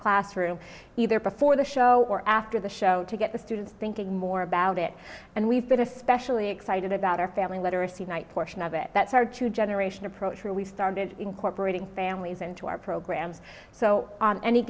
classroom either before the show or after the show to get the students thinking more about it and we've been especially i did about our family literacy night portion of it that's our two generation approach where we started incorporating families into our program so on any